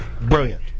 Brilliant